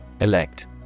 Elect